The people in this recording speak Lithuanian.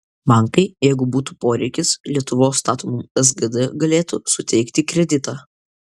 bankai jeigu būtų poreikis lietuvos statomam sgd galėtų suteikti kreditą